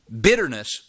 Bitterness